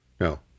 no